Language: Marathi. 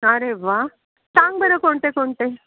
अरे व्वा सांग बरं कोणते कोणते